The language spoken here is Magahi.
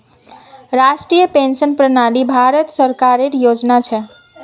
राष्ट्रीय पेंशन प्रणाली भारत सरकारेर योजना छ